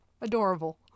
Adorable